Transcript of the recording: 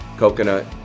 coconut